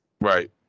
Right